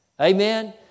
Amen